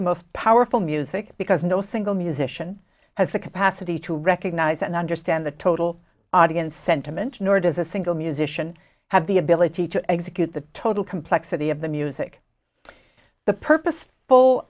the most powerful music because no single musician has the capacity to recognize and understand the total audience sentiment nor does a single musician have the ability to execute the total complexity of the music the purpose